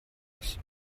muss